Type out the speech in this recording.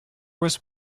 was